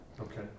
Okay